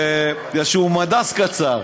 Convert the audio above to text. איזשהו מד"ס קצר.